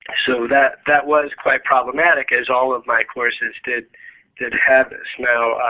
so that that was quite problematic, as all of my courses did did have this. now,